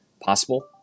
possible